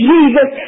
Jesus